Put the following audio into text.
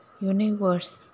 universe